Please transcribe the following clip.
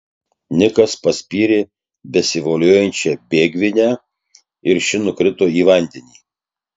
nikas paspyrė besivoliojančią bėgvinę ir ši nukrito į vandenį